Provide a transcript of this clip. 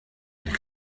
and